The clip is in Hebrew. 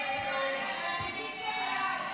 הסתייגות 9 לא נתקבלה.